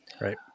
Right